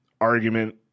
argument